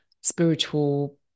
spiritual